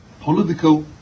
political